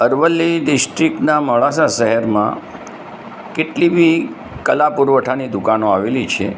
અરવલ્લી ડિસ્ટ્રિકટનાં મોડાસા શહેરમાં કેટલી બી કલા પુરવઠાની દુકાનો આવેલી છે